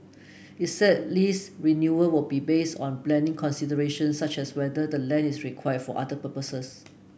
it said lease renewal will be based on planning considerations such as whether the land is required for other purposes